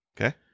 Okay